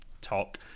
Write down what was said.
talk